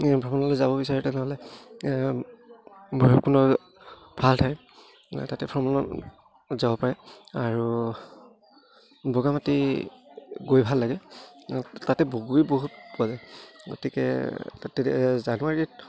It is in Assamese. ভ্ৰমণলৈ যাব বিচাৰেঁ তেনেহ'লে ভাল ঠাই তাতে ভ্ৰমণত যাব পাৰে আৰু বগা মাটি গৈ ভাল লাগে তাতে বহুত পোৱা যায় গতিকে তাতে জানুৱাৰীত